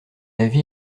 avis